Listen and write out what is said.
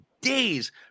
days